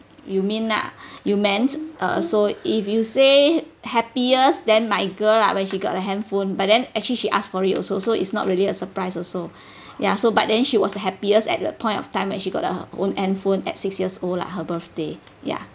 you mean lah you meant uh so if you say happiest then my girl lah when she got a handphone but then actually she asked for it also so it's not really a surprise also ya so but then she was the happiest at that point of time when she got her own handphone at six years old lah her birthday ya